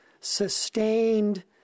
sustained